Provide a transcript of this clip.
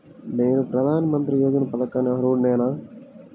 నేను ప్రధాని మంత్రి యోజన పథకానికి అర్హుడ నేన?